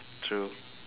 true